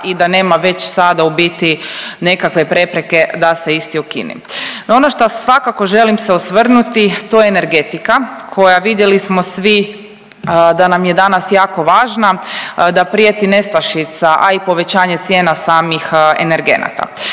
i da nema već sada u biti nekakve prepreke da se isti ukine. I ono šta svakako želim se osvrnuti to je energetika koja, vidjeli smo svi da nam je danas jako važna, da prijeti nestašica, a i povećanje cijena samih energenata.